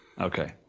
Okay